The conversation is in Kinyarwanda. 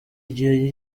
igihe